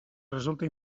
resulta